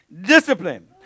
Discipline